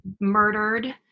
Murdered